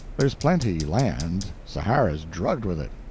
there's plenty land, sahara's drugged with it.